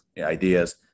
ideas